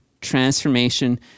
transformation